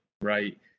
Right